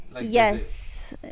Yes